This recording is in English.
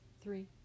Three